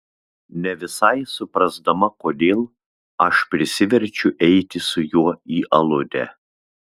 ne visai suprasdama kodėl aš prisiverčiu eiti su juo į aludę